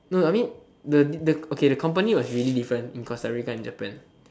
no no I mean the the the okay the company was really different in Costa-Rica and Japan